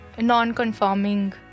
non-conforming